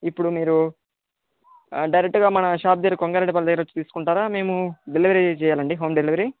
ఇప్పుడు మీరు డైరెక్ట్గా మా షాప్ దగ్గర కొంగారెడ్డి పల్లి దగ్గర వచ్చి తీసుకుంటారా మేము డెలివరీ చెయ్యాలా అండీ హోమ్ డెలివరీ